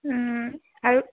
আৰু